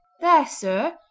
there! sir,